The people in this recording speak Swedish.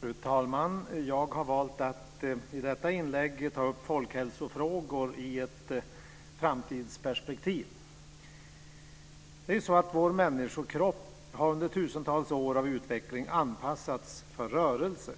Fru talman! Jag har valt att i detta inlägg ta upp folkhälsofrågor i ett framtidsperspektiv. Vår människokropp har under tusentals år av utveckling anpassats för rörelse.